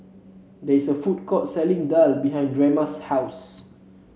there is a food court selling daal behind Drema's house